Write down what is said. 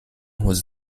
was